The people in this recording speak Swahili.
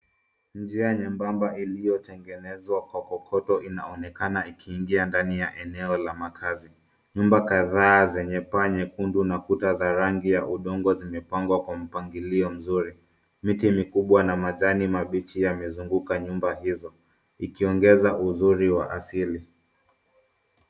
Njia nyembamba iliyotengenezwa kwa kokoto inaonekana ikiingia ndani ya eneo la makaazi. Nyumba kadhaa zenye paa nyekundu na kuta za rangi ya udongo zimepangwa kwa mpangilio mzuri. Miti mikubwa na majani mabichi yamezunguka nyumba hizo ikiongeza uzuri wa asili.